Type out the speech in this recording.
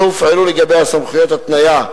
שהופעלו לגביה סמכויות התניה,